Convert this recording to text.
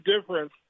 difference